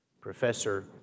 Professor